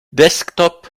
desktop